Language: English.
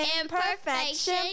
Imperfection